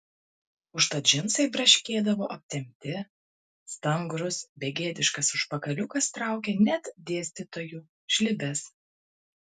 užtat džinsai braškėdavo aptempti stangrus begėdiškas užpakaliukas traukė net dėstytojų žlibes